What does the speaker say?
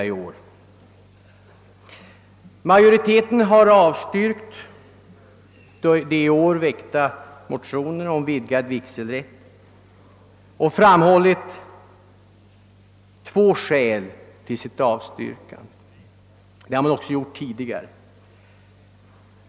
Utskottsmajoriteten som årligen avstyrkt väckta motioner om vidgad vigselrätt har framhållit två skäl till detta.